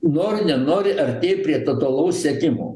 nori nenori artėji prie totalaus sekimo